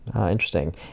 Interesting